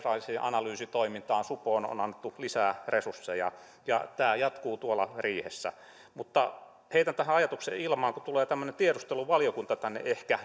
analyysitoimintaan supoon annettu lisää resursseja tämä jatkuu tuolla riihessä mutta heitän tässä ajatuksen ilmaan kun tulee tämmöinen tiedusteluvaliokunta tänne ehkä